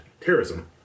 terrorism